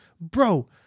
bro